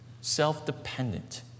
self-dependent